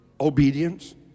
Obedience